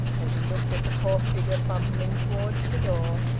as he looked at the poor figure fumbling towards the door,